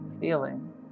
feeling